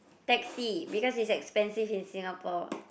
taxi because it's expensive in Singapore